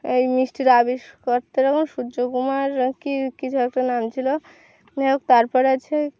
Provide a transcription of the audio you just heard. এই মিষ্টির আবিষ্কর্তা যেমন সূর্য কুমার কী কিছু একটা নাম ছিলো যাইহোক তারপর আছে